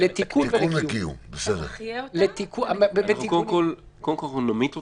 אתה מחיה אותה --- קודם כול אנחנו נמית אותה,